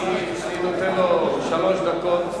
אני נותן לו שלוש דקות.